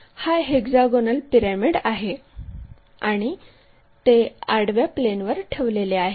तर हा hexagonal pyramid आहे आणि ते आडव्या प्लेनवर ठेवलेले आहे